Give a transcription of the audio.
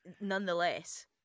Nonetheless